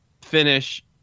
finish